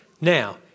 Now